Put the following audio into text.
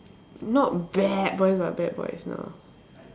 not bad boys but bad boys you know